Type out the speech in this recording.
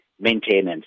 Maintenance